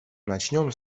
начнем